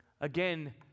Again